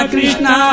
Krishna